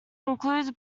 includes